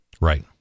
Right